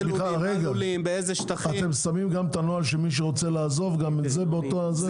אתם שמים גם את הנוהל של מי שרוצה לעזוב באותו אחד?